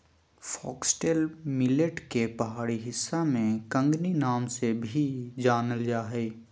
foxtail millet के पहाड़ी हिस्सा में कंगनी नाम से भी जानल जा हइ